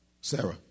Sarah